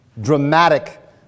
dramatic